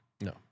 No